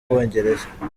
bwongereza